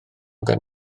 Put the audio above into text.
gan